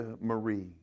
Marie